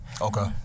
Okay